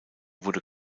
wurde